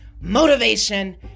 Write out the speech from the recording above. motivation